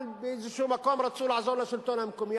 אבל באיזה מקום רצו לעזור לשלטון המקומי,